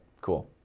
cool